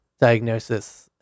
Diagnosis